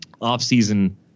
off-season